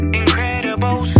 incredible